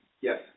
Yes